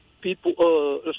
people